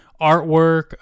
artwork